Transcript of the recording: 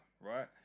right